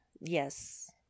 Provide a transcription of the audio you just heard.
yes